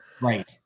Right